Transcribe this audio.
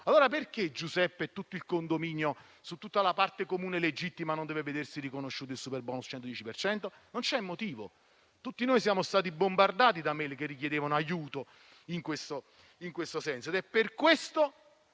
Perché Giuseppe e tutto il condominio su tutta la parte comune legittima non deve vedersi riconosciuto il superbonus 110 per cento? Non c'è motivo. Tutti noi siamo stati bombardati da *e-mail* che richiedevano aiuto in questo senso